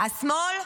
השמאל?